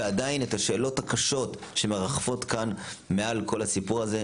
ועדיין את השאלות הקשות שמרחפות כאן מעל כל הסיפור הזה,